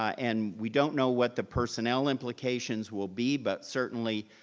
and we don't know what the personnel implications will be, but certainly,